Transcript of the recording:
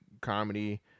comedy